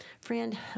Friend